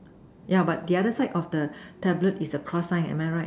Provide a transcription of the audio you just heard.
yeah but the other side of the tablet is a cross sign am I right